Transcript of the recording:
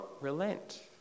relent